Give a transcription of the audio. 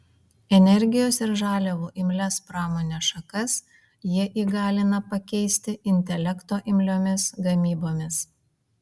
energijos ir žaliavų imlias pramonės šakas jie įgalina pakeisti intelekto imliomis gamybomis